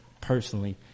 personally